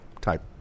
type